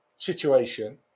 situation